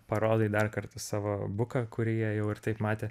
parodai dar kartą savo buką kurį jie jau ir taip matė